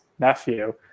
Nephew